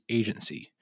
agency